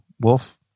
Wolf